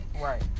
Right